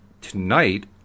tonight